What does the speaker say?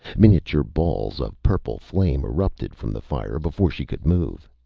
miniature balls of purple flame erupted from the fire before she could move.